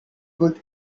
good